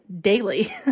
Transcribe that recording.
daily